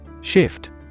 Shift